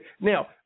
now